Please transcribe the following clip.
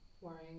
worrying